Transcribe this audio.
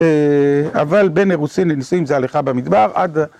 אבל בין ארוסין לנישואים זה הליכה במדבר עד